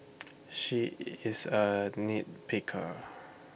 she is A nit picker